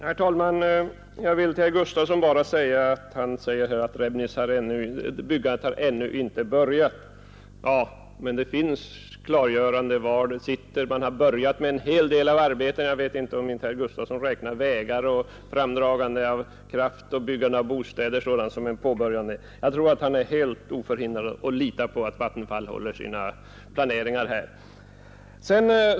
Herr talman! Jag vill till herr Gustafsson i Byske med anledning av hans påpekande att utbyggnaden av Rebnis ännu inte har börjat säga, att det finns rapporter om läget som klargör, att man har börjat med en hel del av arbetena. Jag vet inte om herr Gustafsson dit räknar byggandet av vägar och bostäder, framdragande av kraftledningar osv. Han har ingen anledning att inte lita på att Vattenfall följer sina planer i detta avseende.